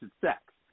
sex